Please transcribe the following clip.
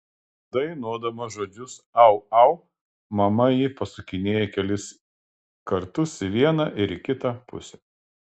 dainuodama žodžius au au mama jį pasukinėja kelis kartus į vieną ir į kitą pusę